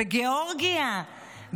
בגיאורגיה,